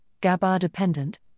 GABA-dependent